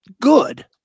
good